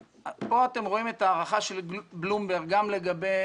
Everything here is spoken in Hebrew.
כאן אתם רואים את ההערכה של בלומברג גם לגבי